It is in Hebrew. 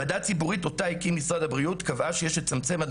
ועדה ציבורית אותה הקים משרד הבריאות קבעה שיש לצמצם עד